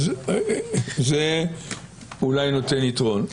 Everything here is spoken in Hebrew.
זה אולי נותן יתרון.